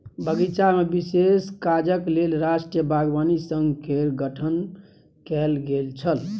बगीचामे विशेष काजक लेल राष्ट्रीय बागवानी संघ केर गठन कैल गेल छल